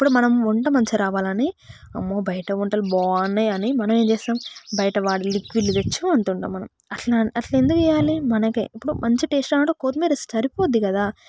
ఇప్పుడు మనం వంట మంచిగా రావాలని అమ్మో బయట వంటలు బాగున్నాయని మనం ఏం చేస్తాం బయట వాడే లిక్విడ్లు తెచ్చి వండుతుంటాం మనం అట్లా అట్లా ఎందుకు చేయాలి మనకే ఇప్పుడు మంచి టేస్ట్ రావాలంటే కొత్తిమీర సరిపోద్ది కదా